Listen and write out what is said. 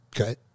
Okay